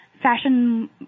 Fashion